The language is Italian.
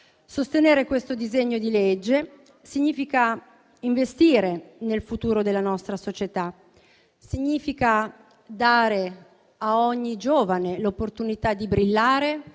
Sostenere questo disegno di legge significa investire nel futuro della nostra società e dare a ogni giovane l'opportunità di brillare,